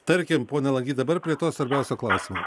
tarkim pone langį dabar prie to svarbiausio klausimo